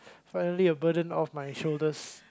finally a burden off my shoulders